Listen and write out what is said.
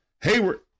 Hayward